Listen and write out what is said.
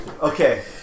Okay